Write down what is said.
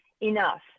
enough